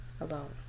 alone